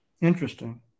Interesting